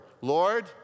Lord